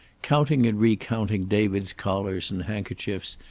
counting and recounting david's collars and handkerchiefs,